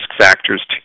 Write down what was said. factors